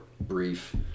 brief